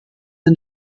and